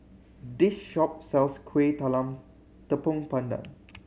this shop sells Kueh Talam Tepong Pandan